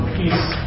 peace